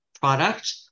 product